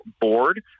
board